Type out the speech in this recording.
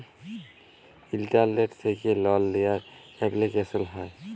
ইলটারলেট্ থ্যাকে লল লিয়ার এপলিকেশল হ্যয়